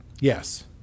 Yes